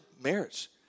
marriage